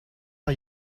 are